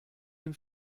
dem